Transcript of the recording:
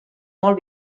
molt